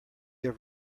have